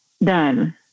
done